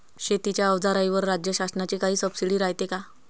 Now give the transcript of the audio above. शेतीच्या अवजाराईवर राज्य शासनाची काई सबसीडी रायते का?